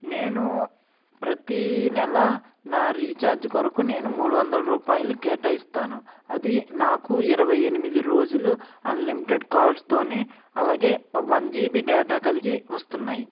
నేను ప్రతి నెల నా రీఛార్జ్ కొరకు నేను మూడు వందల రూపాయలు కేటాయిస్తాను అది నాకు ఇరవై ఎనిమిది రోజులు అన్లిమిటెడ్ కాల్స్తో అలాగే వన్ జీబీ డేటా కలిగి వస్తున్నాయి